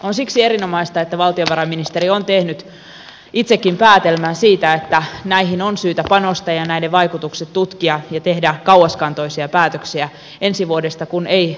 on siksi erinomaista että valtiovarainministeri on tehnyt itsekin päätelmän siitä että näihin on syytä panostaa ja näiden vaikutukset tutkia ja tehdä kauaskantoisia päätöksiä ensi vuodesta kun ei taatusti tule helppo